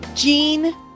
Jean